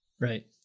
Right